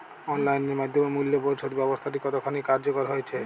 Online এর মাধ্যমে মূল্য পরিশোধ ব্যাবস্থাটি কতখানি কার্যকর হয়েচে?